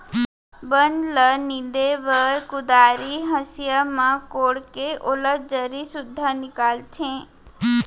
बन ल नींदे बर कुदारी, हँसिया म कोड़के ओला जरी सुद्धा निकालथें